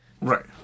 Right